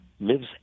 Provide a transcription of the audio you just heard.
lives